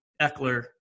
Eckler